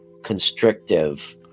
constrictive